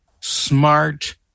smart